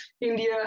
India